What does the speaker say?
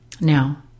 Now